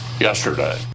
yesterday